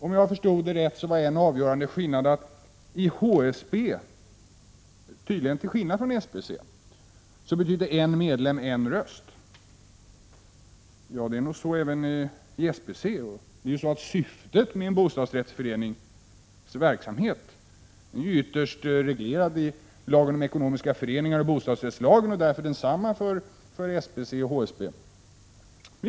Om jag förstod det rätt, var det avgörande att i HSB — tydligen till skillnad från SBC —- betyder en medlem en röst. Det är nog så även i SBC. Syftet med en bostadsrättsförenings verksamhet är ytterst reglerat i lagen om ekonomiska föreningar och bostadsrättslagen och därför detsamma för SBC och HSB.